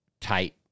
tight